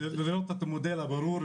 אנחנו נשמח לראות את המודל הברור,